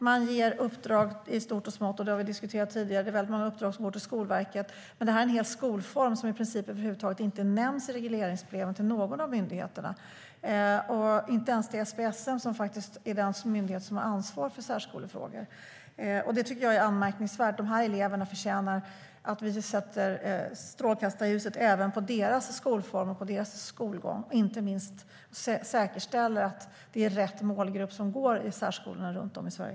Man ger uppdrag i stort och smått - det har vi diskuterat tidigare, och många uppdrag går till Skolverket - men jag tycker att det är allvarligt att särskolan är en skolform som i princip över huvud taget inte nämns i regleringsbreven till någon av myndigheterna, inte ens till SPSM som faktiskt är den myndighet som har ansvar för särskolefrågor. Detta är anmärkningsvärt. Dessa elever förtjänar att vi sätter strålkastarljuset även på deras skolform och på deras skolgång och inte minst säkerställer att det är rätt målgrupp som går i särskolorna runt om i Sverige.